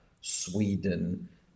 Sweden